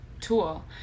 tool